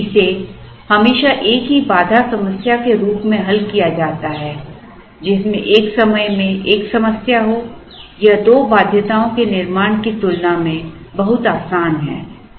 जबकि इसे हमेशा एक ही बाधा समस्या के रूप में हल किया जाता है जिसमें एक समय में एक समस्या हो यह दो बाध्यताओं के निर्माण की तुलना में बहुत आसान है